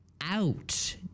out